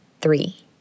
three